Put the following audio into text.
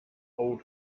old